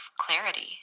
clarity